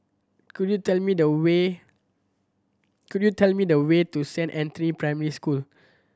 could you tell me the way could you tell me the way to Saint Anthony's Primary School